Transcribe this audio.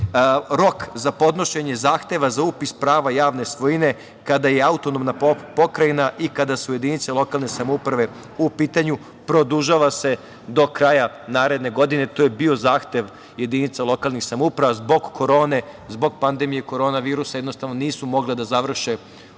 rok za podnošenje zahteva za upis prava javne svojine kada je autonomna pokrajina i kada su jedinice lokalne samouprave u pitanju, produžava se do kraja naredne godine. To je bio zahtev jedinica lokalnih samouprava zbog korone, zbog pandemije korona virusa, jednostavno nisu mogle da završe ovaj